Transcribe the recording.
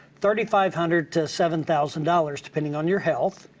thirty-five hundred to seven thousand dollars, depending on your health,